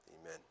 Amen